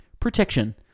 Protection